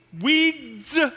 Weeds